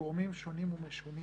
גורמים שונים ומשונים